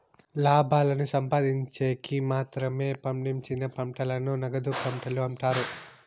లాభాలను సంపాదిన్చేకి మాత్రమే పండించిన పంటలను నగదు పంటలు అంటారు